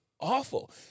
awful